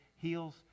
heals